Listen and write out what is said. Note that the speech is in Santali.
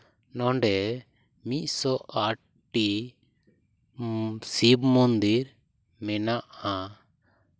ᱱᱚᱸᱰᱮ ᱢᱤᱫ ᱥᱚ ᱟᱴ ᱴᱤ ᱥᱤᱵᱽ ᱢᱚᱱᱫᱤᱨ ᱢᱮᱱᱟᱜᱼᱟ